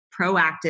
proactive